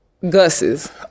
Gus's